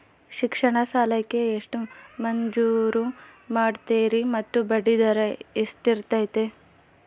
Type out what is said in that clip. ಶಿಕ್ಷಣ ಸಾಲಕ್ಕೆ ಎಷ್ಟು ಮಂಜೂರು ಮಾಡ್ತೇರಿ ಮತ್ತು ಬಡ್ಡಿದರ ಎಷ್ಟಿರ್ತೈತೆ?